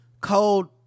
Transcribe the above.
cold